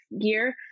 gear